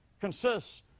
consists